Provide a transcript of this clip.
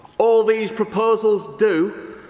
all of these proposals do,